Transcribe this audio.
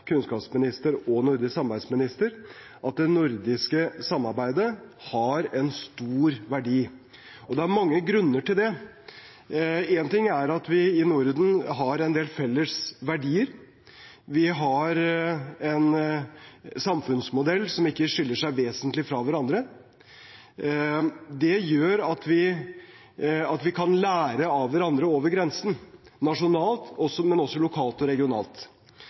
kunnskapsminister og nordisk samarbeidsminister at det nordiske samarbeidet har en stor verdi. Det er mange grunner til det. Én ting er at vi i Norden har en del felles verdier. Vi har en samfunnsmodell som ikke skiller seg vesentlig fra hverandre. Det gjør at vi kan lære av hverandre over grensen – nasjonalt og også lokalt og regionalt.